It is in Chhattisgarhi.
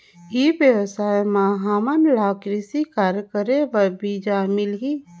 ई व्यवसाय म हामन ला कृषि कार्य करे बर बीजा मिलही?